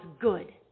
good